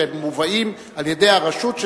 שמובאים על-ידי הרשות,